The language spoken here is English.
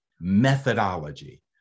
methodology